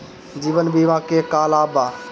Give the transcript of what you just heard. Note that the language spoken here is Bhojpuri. जीवन बीमा के का लाभ बा?